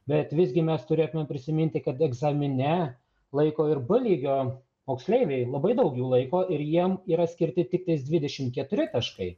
bet visgi mes turėtume prisiminti kad egzamine laiko ir b lygio moksleiviai labai daug jų laiko ir jiem yra skirti tiktais dvidešim keturi taškai